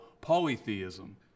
polytheism